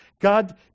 God